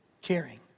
caring